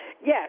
Yes